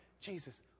Jesus